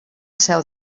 seu